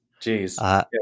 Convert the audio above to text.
Jeez